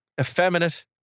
effeminate